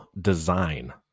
Design